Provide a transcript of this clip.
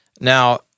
now